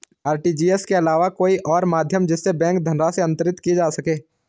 RTGS के अलावा कोई और माध्यम जिससे बैंक धनराशि अंतरित की जा सके?